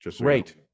Great